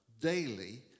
daily